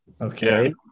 Okay